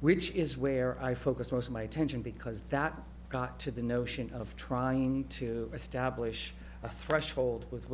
which is where i focus most of my attention because that got to the notion of trying to establish a threshold with